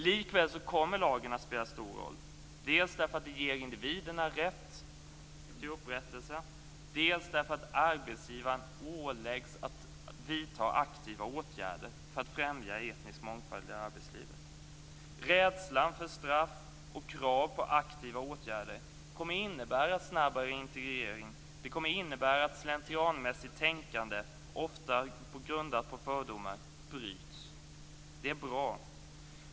Likväl kommer lagen att spela stor roll dels därför att den ger individerna rätt till upprättelse, dels därför att arbetsgivaren åläggs att vidta aktiva åtgärder för att främja etnisk mångfald i arbetslivet. Rädslan för straff och krav på aktiva åtgärder kommer att innebära snabbare integrering. Det kommer att innebära att slentrianmässigt tänkande, ofta grundat på fördomar, bryts. Det är bra.